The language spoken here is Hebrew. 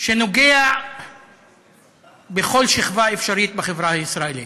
שנוגע בכל שכבה אפשרית בחברה הישראלית.